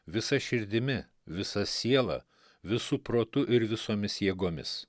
visa širdimi visa siela visu protu ir visomis jėgomis